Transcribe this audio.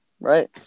right